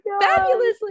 fabulously